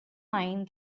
mind